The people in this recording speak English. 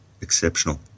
exceptional